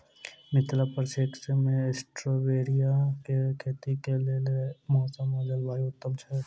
मिथिला प्रक्षेत्र मे स्टीबिया केँ खेतीक लेल मौसम आ जलवायु उत्तम छै?